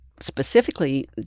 specifically